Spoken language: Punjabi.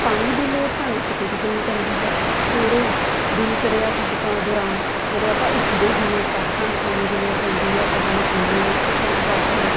ਪਾਣੀ ਦੀ ਲੋੜ ਸਾਨੂੰ ਕਿਤੇ ਕਿਤੇ ਨਹੀਂ ਪੈਂਦੀ ਹੈ ਸਵੇਰੇ ਉ ਦਿਨਚਰਆ ਦੁਕਾ ਦੌਰਾਨ ਜਦੋਂ ਆਪਾਂ ਉੱਠਦੇ ਹੀ ਹਾਂ ਤਦ ਸਾਨੂੰ ਪਾਣੀ ਦੀ ਲੋੜ ਪੈਂਦੀ ਹੈ ਆਪਾਂ ਪਾਣੀ ਪੀਂਦੇ ਹਾਂ ਉਸ ਤੋਂ ਸ ਬਾਅਦ ਸਾਨੂੰ